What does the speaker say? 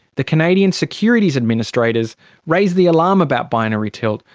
the canadian securities administrators raised the alarm about binary tilt,